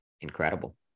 incredible